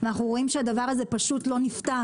אנחנו רואים שהדבר הזה פשוט לא נפתר.